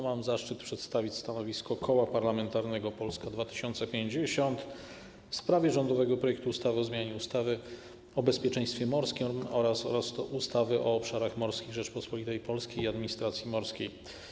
Mam zaszczyt przedstawić stanowisko Koła Parlamentarnego Polska 2050 w sprawie rządowego projektu ustawy o zmianie ustawy o bezpieczeństwie morskim oraz ustawy o obszarach morskich Rzeczypospolitej Polskiej i administracji morskiej.